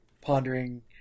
pondering